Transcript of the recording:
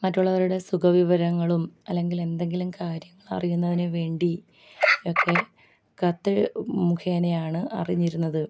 മറ്റുള്ളവരുടെ സുഖവിവരങ്ങളും അല്ലെങ്കിൽ എന്തെങ്കിലും കാര്യം അറിയുന്നതിന് വേണ്ടി ഒക്കെ കത്ത് മുഖേനയാണ് അറിഞ്ഞിരുന്നത്